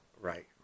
Right